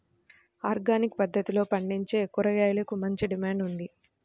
organic పద్దతిలో పండించే కూరగాయలకు మంచి డిమాండ్ ఉంది